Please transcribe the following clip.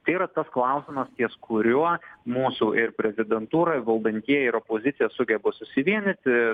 tai yra tas klausimas ties kuriuo mūsų ir prezidentūra ir valdantieji ir opozicija sugeba susivienyti